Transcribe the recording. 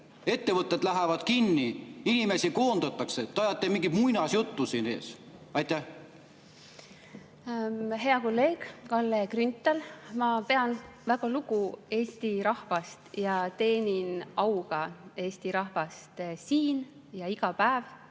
Ettevõtted lähevad kinni, inimesi koondatakse. Te ajate mingit muinasjuttu siin ees! Hea kolleeg Kalle Grünthal! Ma pean väga lugu Eesti rahvast ja teenin auga Eesti rahvast siin. Iga päev